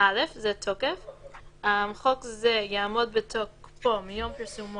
זה חלק ממתווה הנשיא וסדר תעדוף.